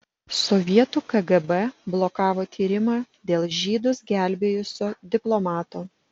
sovietų kgb blokavo tyrimą dėl žydus gelbėjusio diplomato